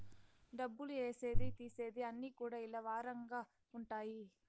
డబ్బులు ఏసేది తీసేది అన్ని కూడా ఇలా వారంగా ఉంటాయి